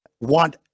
want